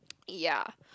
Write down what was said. ya